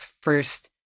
first